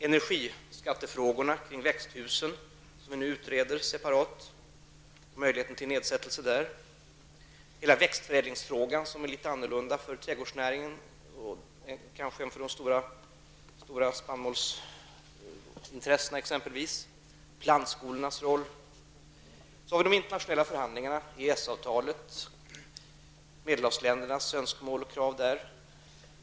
Energiskattefrågorna när det gäller växthusen är också en fråga som nu utreds separat, och man undersöker möjligheten att minska dessa skatter. Det handlar också om hela växtförädlingsfrågan, som är litet annorlunda för trädgårdsnäringen än för t.ex. de stora spannmålsintressena. Det gäller också plantskolornas roll. Sedan har vi de internationella förhandlingarna, EES-avtalet, och Medelhavsländernas önskemål och krav i fråga om detta.